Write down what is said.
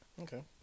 Okay